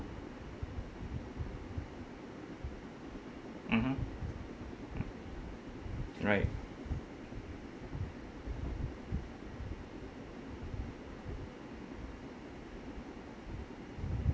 mmhmm right